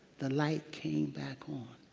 the light came back on.